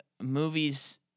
movies